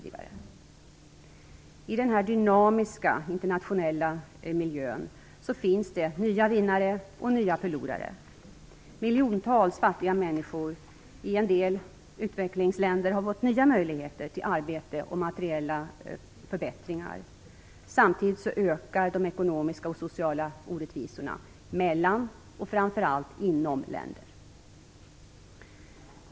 I denna dynamiska internationella miljö finns det nya vinnare och nya förlorare. Miljontals fattiga människor i en del utvecklingsländer har fått nya möjligheter till arbete och materiella förbättringar. Samtidigt ökar de ekonomiska och sociala orättvisorna mellan och - framför allt - inom länder.